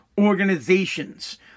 organizations